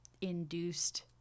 induced